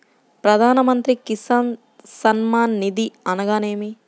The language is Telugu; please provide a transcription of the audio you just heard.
ప్రధాన మంత్రి కిసాన్ సన్మాన్ నిధి అనగా ఏమి?